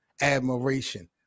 admiration